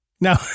No